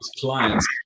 clients